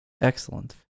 Excellent